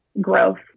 growth